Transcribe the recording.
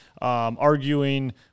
arguing